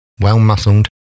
well-muscled